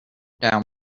down